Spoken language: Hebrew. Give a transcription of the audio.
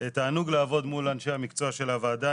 תענוג לעבוד מול אנשי המקצוע של הוועדה,